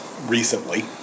recently